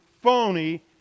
phony